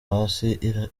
hasi